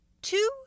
Two